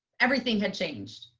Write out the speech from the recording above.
everything had changed.